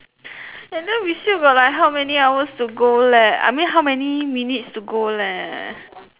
and then we still got like how many hours to go leh I mean how many minutes to go leh